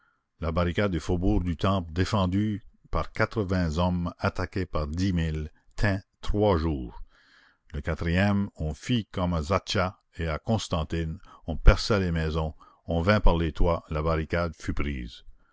la barricade du faubourg du temple défendue par quatre-vingts hommes attaquée par dix mille tint trois jours le quatrième on fit comme à zaatcha et à constantine on perça les maisons on vint par les toits la barricade fut prise